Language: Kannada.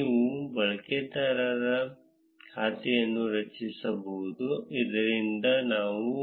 ನೀವು ಬಳಕೆದಾರ ಖಾತೆಯನ್ನು ರಚಿಸಬಹುದು ಇದರಿಂದ ನಾವು